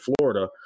Florida